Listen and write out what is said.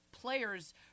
players